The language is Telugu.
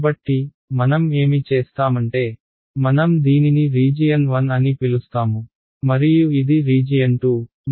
కాబట్టి మనం ఏమి చేస్తామంటే మనం దీనిని రీజియన్ 1 అని పిలుస్తాము మరియు ఇది రీజియన్ 2